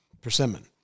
Persimmon